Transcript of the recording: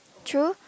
true